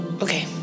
Okay